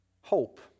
hope